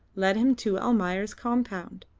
led him to almayer's compound.